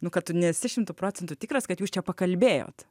nu kad tu nesi šimtu procentų tikras kad jūs čia pakalbėjot